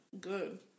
good